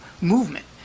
movement